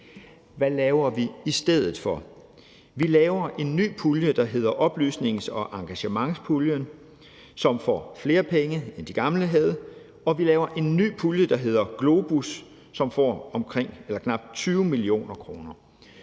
Hvad laver vi i stedet for? Vi laver en ny pulje, der hedder oplysnings- og engagementspuljen, som får flere penge, end de gamle havde, og vi laver en ny pulje, der hedder GLOBUS, som får knap 20 mio. kr.,